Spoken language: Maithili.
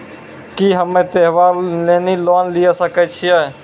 की हम्मय त्योहार लेली लोन लिये सकय छियै?